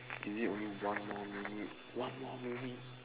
is it only one more minute one more minute